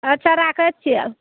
अच्छा राखै छिए